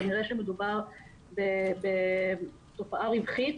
כנראה שמדובר בתופעה רווחית,